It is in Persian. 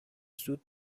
زود